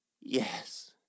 Yes